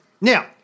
Now